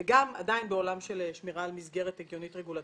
עדיין בעולם של שמירה על מסגרת הגיונית רגולטורית.